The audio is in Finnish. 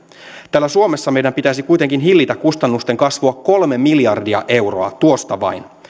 täällä suomessa meidän pitäisi kuitenkin hillitä kustannusten kasvua kolme miljardia euroa tuosta vain